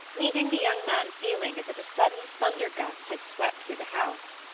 leaving the young man feeling as if a sudden thunder-gust had swept through the house.